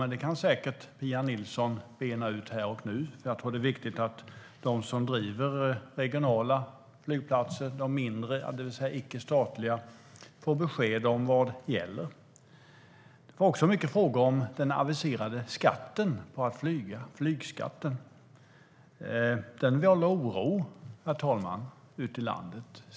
Men Pia Nilsson kan säkert bena ut det här och nu. Jag tror att det är viktigt att de som driver regionala flygplatser, de mindre, det vill säga icke statliga, får besked om vad som gäller. Det var också många frågor om den aviserade flygskatten. Den vållar oro, herr talman, ute i landet.